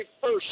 first